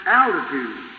altitude